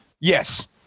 yes